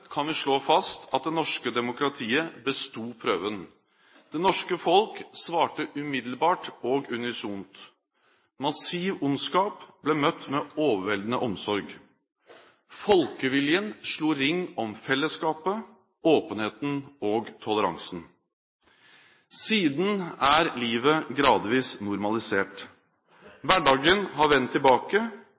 kan vi slå fast at det norske demokratiet besto prøven. Det norske folk svarte umiddelbart og unisont. Massiv ondskap ble møtt med overveldende omsorg. Folkeviljen slo ring om fellesskapet, åpenheten og toleransen. Siden er livet gradvis normalisert. Hverdagen har vendt tilbake,